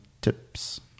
tips